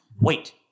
Wait